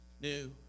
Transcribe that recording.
new